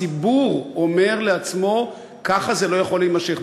הציבור אומר לעצמו: כך זה לא יכול להימשך.